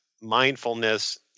mindfulness